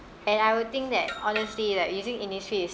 and I would think that honestly like using Innisfree is